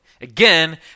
Again